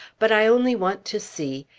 but i only want to see.